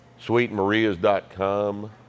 SweetMaria's.com